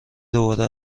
دوباره